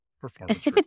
Performance